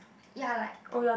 ya like